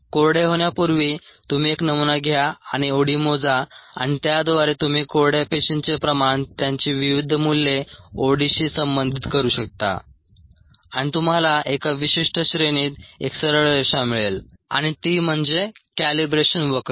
कोरडे होण्यापूर्वी तुम्ही एक नमुना घ्या आणि ओडी मोजा आणि त्याद्वारे तुम्ही कोरड्या पेशींचे प्रमाण त्यांची विविध मूल्ये ओडीशी संबंधित करू शकता आणि तुम्हाला एका विशिष्ट श्रेणीत एक सरळ रेषा मिळेल आणि ती म्हणजे कॅलिब्रेशन वक्र